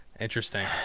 Interesting